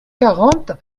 quarante